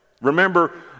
Remember